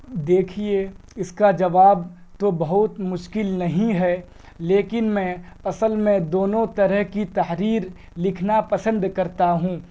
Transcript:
دیکھیے اس کا جواب تو بہت مشکل نہیں ہے لیکن میں اصل میں دونوں طرح کی تحریر لکھنا پسند کرتا ہوں